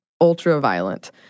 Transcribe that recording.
ultra-violent